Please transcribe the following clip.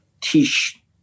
teach